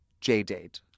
J-Date